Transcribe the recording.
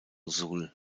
sul